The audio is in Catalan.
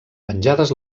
penjades